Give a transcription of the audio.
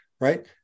right